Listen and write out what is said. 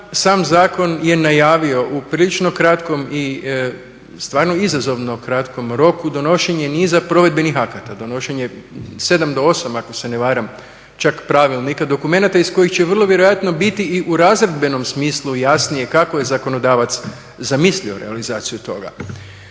sam zakon je najavio u prilično kratkom i stvarno izazovno kratkom roku donošenje niza provedbenih akata, donošenje 7 do 8 ako se ne varam čak pravilnika, dokumenata iz kojih će vrlo vjerojatno biti i u razredbenom smislu jasnije kako je zakonodavac zamislio realizaciju toga.